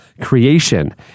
creation